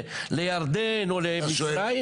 לירדן או למצריים?